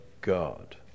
God